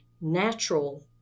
natural